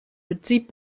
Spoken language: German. betrieb